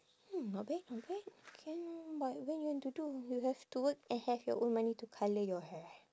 hmm not bad not bad can but when you want to do you have to work and have your own money to colour your hair